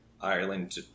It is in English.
Ireland